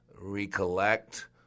recollect